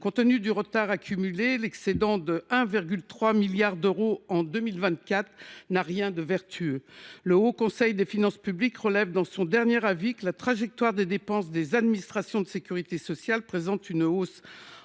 Compte tenu du retard accumulé, l’excédent de 1,3 milliard d’euros prévu pour 2024 n’a rien de vertueux. Le Haut Conseil des finances publiques (HCFP) le relève dans son dernier avis : si la trajectoire des dépenses des administrations de sécurité sociale présente une hausse